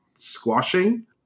Squashing